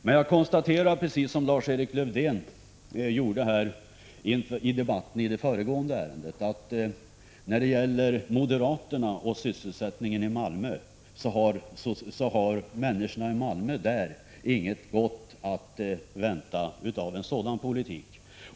Men jag konstaterar, precis som Lars-Erik Lövdén gjorde i debatten om det föregående ärendet, att när det gäller moderaterna och politiken för sysselsättningen i Malmö har människorna i Malmö inget gott att vänta av en sådan politik.